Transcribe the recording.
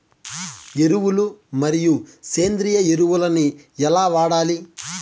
ఎరువులు మరియు సేంద్రియ ఎరువులని ఎలా వాడాలి?